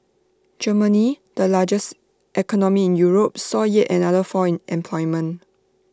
Germany the largest economy in Europe saw yet another fall in employment